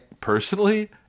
personally